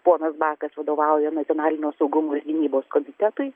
ponas bakas vadovauja nacionalinio saugumo ir gynybos komitetui